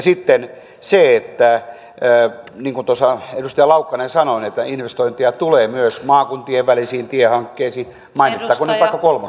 sitten se niin kuin edustaja laukkanen sanoi että investointeja tulee myös maakuntien välisiin tiehankkeisiin mainittakoon nyt vaikka kolmostie